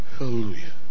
Hallelujah